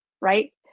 Right